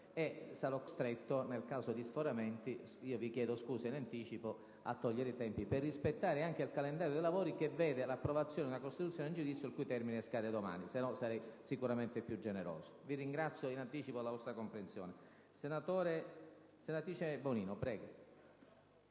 sarò costretto nel caso di sforamenti - vi chiedo scusa in anticipo - a togliere i tempi per rispettare anche il calendario dei lavori, che vede la deliberazione della costituzione in giudizio, il cui termine scade domani. Altrimenti, sarei sicuramente più generoso. Vi ringrazio in anticipo per la vostra comprensione.